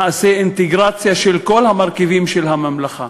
נעשה אינטגרציה של כל המרכיבים של הממלכה.